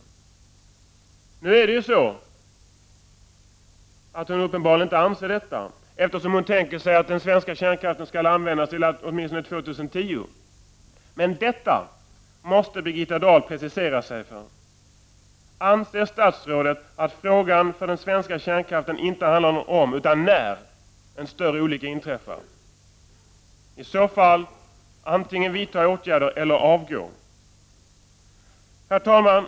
Uppenbarligen anser sig Birgitta Dahl inte ha välgrundade skäl för det, eftersom hon tänker sig att den svenska kärnkraften skall användas åtminstone till år 2010. Men på denna punkt måste Birgitta Dahl precisera sig. Anser statsrådet att frågan för den svenska kärnkraften inte är om utan när det inträffar en stor olycka? I så fall: Antingen vidta åtgärder eller avgå! Herr talman!